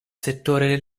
settore